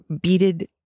beaded